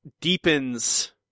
deepens